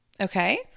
Okay